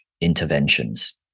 interventions